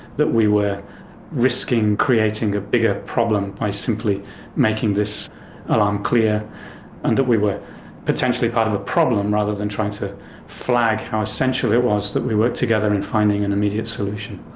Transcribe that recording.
that we were risking creating a bigger problem by simply making this alarm clear and that we were potentially part of a problem rather than trying to flag how essential it was that we work together in finding an immediate solution.